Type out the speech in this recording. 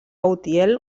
utiel